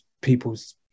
people's